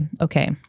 Okay